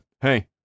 hey